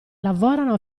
lavorano